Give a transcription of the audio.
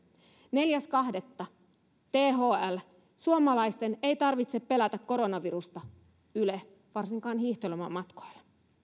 neljäs toista thl suomalaisten ei tarvitse pelätä koronavirusta varsinkaan hiihtolomamatkoilla yle